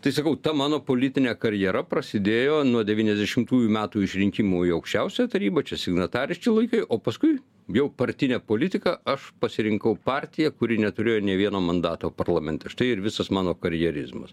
tai sakau ta mano politinė karjera prasidėjo nuo devyniasdešimtųjų metų išrinkimo į aukščiausiąją tarybą čia signatariški laikai o paskui jau partinė politika aš pasirinkau partiją kuri neturėjo nė vieno mandato parlamente štai ir visas mano karjerizmas